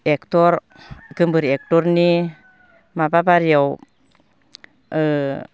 actor गोमबोर एक्टरनि माबा बारियाव ओ